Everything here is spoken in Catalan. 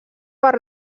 per